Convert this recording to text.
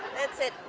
that's it.